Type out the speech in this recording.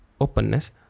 openness